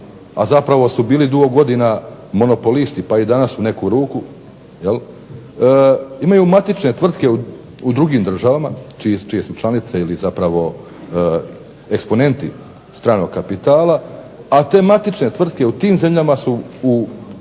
a zapravo su bili dugo godina monopolisti, pa i danas u neku ruku, imaju matične tvrtke u drugim državama, čije su članice ili zapravo eksponenti stranog kapitala, a te matične tvrtke u tim zemljama su u